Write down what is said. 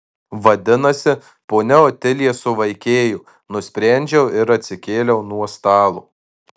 vadinasi ponia otilija suvaikėjo nusprendžiau ir atsikėliau nuo stalo